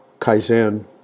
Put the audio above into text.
Kaizen